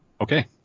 Okay